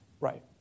Right